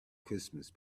christmas